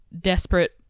desperate